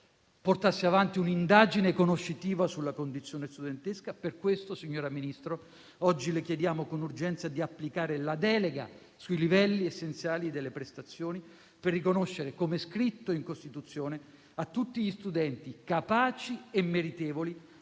portasse avanti un'indagine conoscitiva sulla condizione studentesca. Per questo, signora Ministro, oggi le chiediamo di esercitare con urgenza la delega sui livelli essenziali delle prestazioni, per riconoscere - come scritto in Costituzione - a tutti gli studenti capaci e meritevoli,